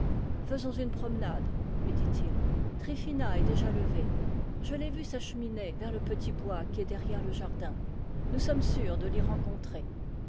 faisons une promenade lui dit-il tryphina est déjà levée je l'ai vue s'acheminer vers le petit bois qui est der rière le jardin nous sommes sûrs de l'y rencontrer